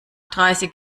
dreißig